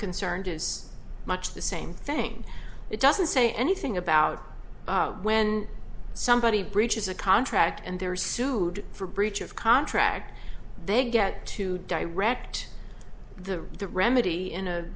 concerned is much the same thing it doesn't say anything about when somebody breaches a contract and there are sued for breach of contract they get to direct the the remedy in a